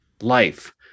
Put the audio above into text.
life